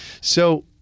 So-